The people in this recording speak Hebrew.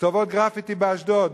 כתובות גרפיטי באשדוד,